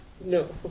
No